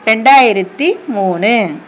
ரெண்டாயிரத்தி மூணு